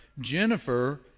Jennifer